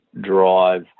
drive